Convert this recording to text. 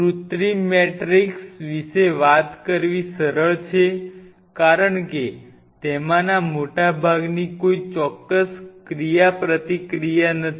કૃત્રિમ મેટ્રિક્સ વિશે વાત કરવી સરળ છે કારણ કે તેમાંના મોટા ભાગની કોઈ ચોક્કસ ક્રિયાપ્રતિક્રિયા નથી